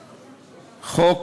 חוק,